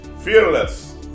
fearless